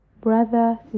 brother